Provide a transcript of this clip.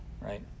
right